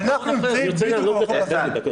אנחנו נמצאים בדיוק במקום הזה.